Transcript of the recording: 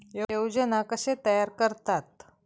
योजना कशे तयार करतात?